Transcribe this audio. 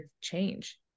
change